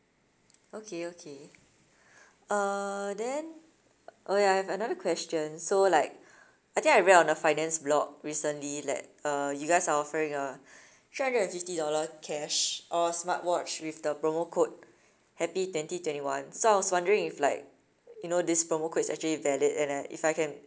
okay okay uh then oh ya I have another question so like I think I read on the finance blog recently that uh you guys are offering a three hundred and fifty dollar cash or a smartwatch with the promo code happy twenty twenty one so I was wondering if like you know this promo code is actually valid and I if I can